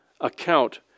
account